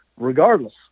Regardless